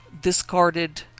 Discarded